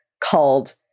called